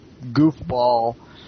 goofball